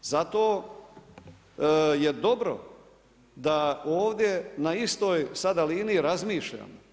Zato je dobro da ovdje na istoj sada liniji razmišljam.